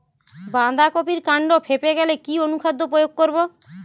বাঁধা কপির কান্ড ফেঁপে গেলে কি অনুখাদ্য প্রয়োগ করব?